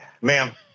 Ma'am